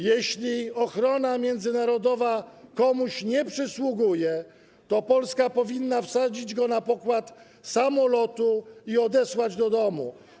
Jeśli ochrona międzynarodowa komuś nie przysługuje, to Polska powinna wsadzić taką osobę na pokład samolotu i odesłać do domu.